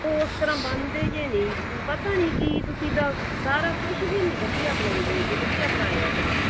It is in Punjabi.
ਉਸ ਤਰ੍ਹਾਂ ਬਣਦੇ ਜੇ ਨਹੀਂ ਪਤਾ ਨਹੀਂ ਕਿ ਤੁਸੀਂ ਤਾਂ ਸਾਰਾ ਕੁਝ ਵੀ ਨਹੀਂ ਵਧੀਆ ਬਣਾਉਂਦੇ ਹੈਗੇ ਵਧੀਆ ਬਣਾਇਆ ਕਰੋ